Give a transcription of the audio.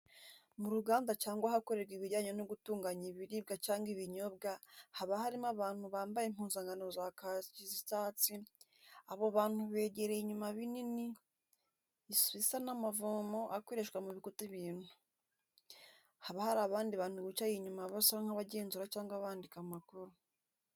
Mu ruganda cyangwa ahakorerwa ibijyanye no gutunganya ibiribwa cyangwa ibinyobwa haba harimo abantu bambaye impuzankano z'akazi zicyatsi, abo bantu begereye inyuma binini bisa n'amavomo akoreshwa mu kubika ibintu. Haba hari abandi bantu bicaye inyuma basa nkabagenzura cyangwa bandika amakuru.